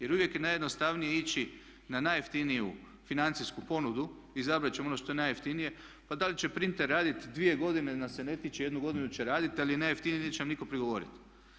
Jer uvijek je najjednostavnije ići na najjeftiniju financijsku ponudu, izabrat ćemo ono što je najjeftinije pa da li će printer raditi 2 godine nas se ne tiče, jednu godinu će raditi ali najjeftiniji je i neće nam nitko prigovoriti.